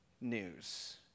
news